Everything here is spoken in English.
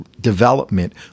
development